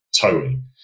towing